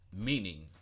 Meaning